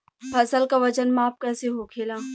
फसल का वजन माप कैसे होखेला?